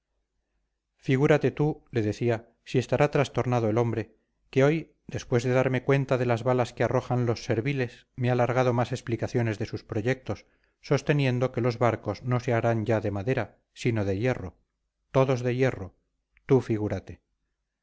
figúrate tú le decía si estará trastornado el hombre que hoy después de darme cuenta de las balas que arrojan los serviles me ha largado más explicaciones de sus proyectos sosteniendo que los barcos no se harán ya de madera sino de hierro todos de hierro tú figúrate